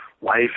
life